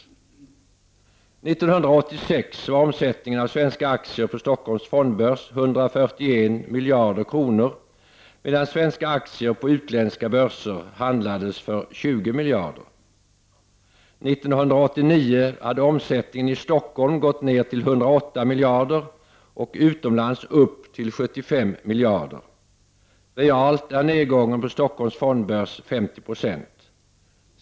1986 var omsättningen av svenska aktier på Stockholms fondbörs 141 miljarder kronor, medan svenska aktier på utländska börser handlades för 20 miljarder. 1989 hade omsättningen i Stockholm gått ner till 108 miljarder och utomlands gått upp till 75 miljarder. Realt är nedgången på Stockholms fondbörs 50 96.